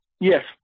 Yes